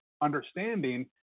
understanding